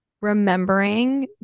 remembering